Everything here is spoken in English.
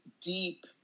deep